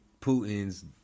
Putin's